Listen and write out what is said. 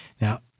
Now